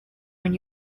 when